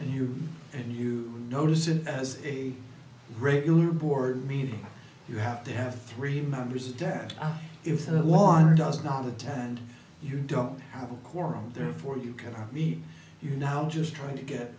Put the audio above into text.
and you and you notice it as a regular board meeting you have to have three members dash out if the lawyer does not attend you don't have a quorum therefore you cannot meet your now just trying to get